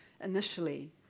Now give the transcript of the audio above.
initially